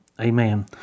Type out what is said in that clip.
Amen